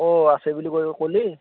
অ' আছে বুলি কৈও ক'লি